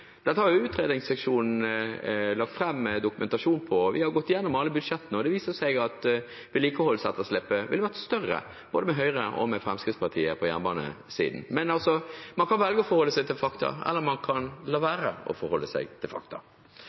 Dette har utredningsseksjonen lagt fram dokumentasjon på, og vi har gått gjennom alle budsjettene. Det viser seg at vedlikeholdsetterslepet ville ha vært større på jernbanesiden både med Høyre og med Fremskrittspartiet. Man kan velge å forholde seg til fakta, eller man kan la være å forholde seg til fakta.